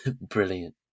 Brilliant